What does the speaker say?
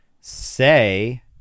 say